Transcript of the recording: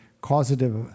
causative